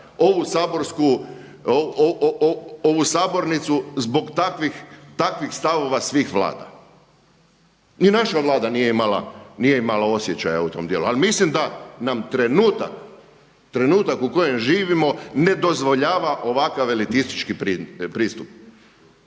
ovu sabornicu zbog takvih stavova svih Vlada. Ni naša Vlada nije imala osjećaja u tom djelu, ali mislim da nam trenutak u kojem živimo ne dozvoljava ovakav elitistički pristup.